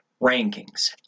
rankings